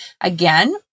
again